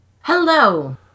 Hello